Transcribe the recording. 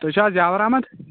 تہۍ چھِ حظ جوہر احمد